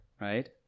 right